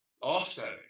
offsetting